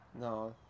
No